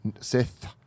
Sith